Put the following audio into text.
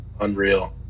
unreal